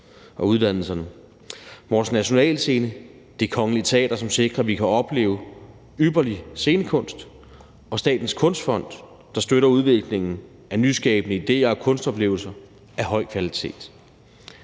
og uddannelserne; vores nationalscene, Det Kongelige Teater, som sikrer, at vi kan opleve ypperlig scenekunst; og Statens Kunstfond, der støtter udviklingen af nyskabende idéer og kunstoplevelser af høj kvalitet.